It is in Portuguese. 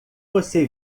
você